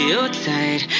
outside